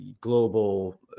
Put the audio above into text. global